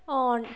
on